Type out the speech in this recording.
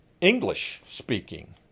English-speaking